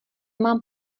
mám